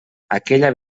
aquella